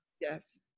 Yes